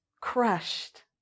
crushed